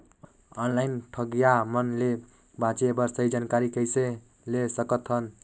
Online ठगईया मन ले बांचें बर सही जानकारी कइसे ले सकत हन?